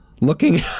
looking